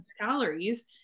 calories